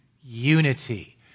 unity